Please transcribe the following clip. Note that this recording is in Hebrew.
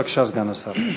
בבקשה, סגן השר.